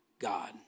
God